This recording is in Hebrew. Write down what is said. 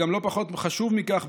ולא פחות חשוב מכך,